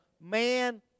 man